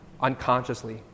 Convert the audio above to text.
unconsciously